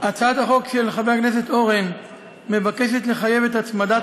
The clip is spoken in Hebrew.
הצעת החוק של חבר הכנסת אורן מבקשת לחייב את הצמדת